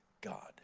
God